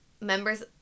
members